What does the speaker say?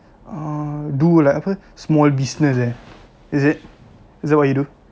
uh do like apa small business eh is it is that what you do